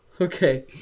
Okay